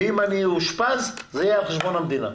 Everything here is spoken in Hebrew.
ואם אני אאושפז זה יהיה על חשבון המדינה.